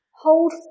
Hold